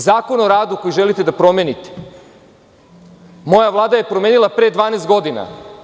Zakon o radu, koji želite da promenite, moja Vlada je promenila pre 12 godina.